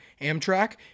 Amtrak